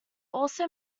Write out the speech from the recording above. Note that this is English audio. also